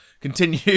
Continue